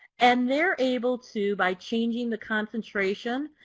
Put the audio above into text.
and they're able to by changing the concentration,